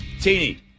Teeny